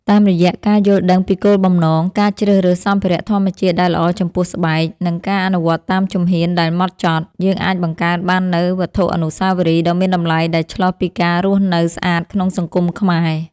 តាមរយៈការយល់ដឹងពីគោលបំណង ការជ្រើសរើសសម្ភារៈធម្មជាតិដែលល្អចំពោះស្បែក និងការអនុវត្តតាមជំហានដែលម៉ត់ចត់ យើងអាចបង្កើតបាននូវវត្ថុអនុស្សាវរីយ៍ដ៏មានតម្លៃដែលឆ្លុះពីការរស់នៅស្អាតក្នុងសង្គមខ្មែរ។